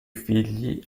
figli